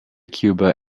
cuba